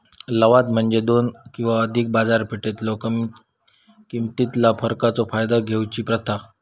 लवाद म्हणजे दोन किंवा अधिक बाजारपेठेतलो किमतीतला फरकाचो फायदा घेऊची प्रथा